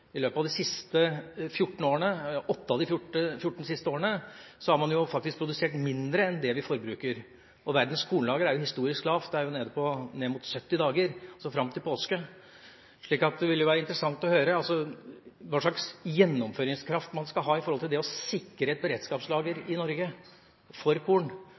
I 8 av de siste 14 årene har man faktisk produsert mindre enn det vi forbruker. Verdens kornlager er historisk lavt, det er på ned mot 70 dager, altså fram til påske. Det ville være interessant å høre hva slags gjennomføringskraft man skal ha for å sikre et beredskapslager i Norge for korn, og ikke minst, det aller viktigste, hvordan vi fyller et sånt beredskapslager